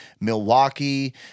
Milwaukee